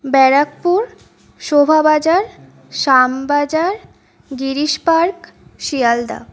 Barrackpore Shobhabazar Shyambazar Girish Park Sealdah